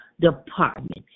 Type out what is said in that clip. department